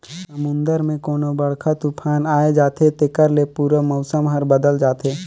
समुन्दर मे कोनो बड़रखा तुफान आये जाथे तेखर ले पूरा मउसम हर बदेल जाथे